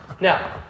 Now